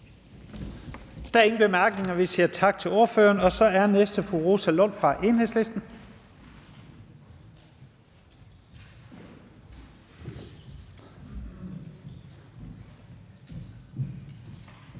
Der er ingen korte bemærkninger. Vi siger tak til ordføreren. Så er den næste fru Rosa Lund fra Enhedslisten.